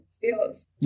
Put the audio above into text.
feels